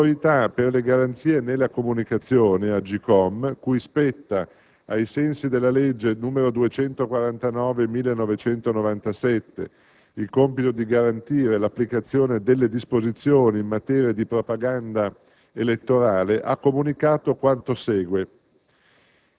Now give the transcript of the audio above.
l'Autorità per le garanzie nelle comunicazioni (AGCOM) cui spetta, ai sensi della legge n. 249 del 1997, il compito di garantire l'applicazione delle disposizioni in materia di propaganda elettorale, ha comunicato quanto segue.